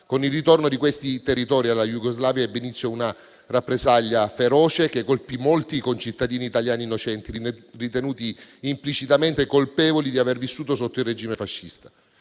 Con il ritorno di questi territori alla Jugoslavia ebbe inizio una rappresaglia feroce che colpì molti concittadini italiani innocenti, ritenuti implicitamente colpevoli di aver vissuto sotto il regime fascista,